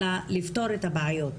אלא לפתור את הבעיות.